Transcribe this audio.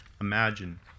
Imagine